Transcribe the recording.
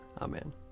Amen